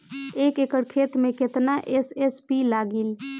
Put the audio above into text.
एक एकड़ खेत मे कितना एस.एस.पी लागिल?